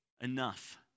enough